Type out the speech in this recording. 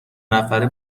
نفره